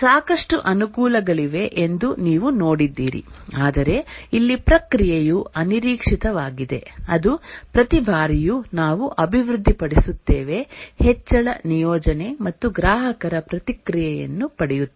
ಸಾಕಷ್ಟು ಅನುಕೂಲಗಳಿವೆ ಎಂದು ನೀವು ನೋಡಿದ್ದೀರಿ ಆದರೆ ಇಲ್ಲಿ ಪ್ರಕ್ರಿಯೆಯು ಅನಿರೀಕ್ಷಿತವಾಗಿದೆ ಅದು ಪ್ರತಿ ಬಾರಿಯೂ ನಾವು ಅಭಿವೃದ್ಧಿಪಡಿಸುತ್ತೇವೆ ಹೆಚ್ಚಳ ನಿಯೋಜನೆ ಮತ್ತು ಗ್ರಾಹಕರ ಪ್ರತಿಕ್ರಿಯೆಯನ್ನು ಪಡೆಯುತ್ತೇವೆ